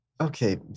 okay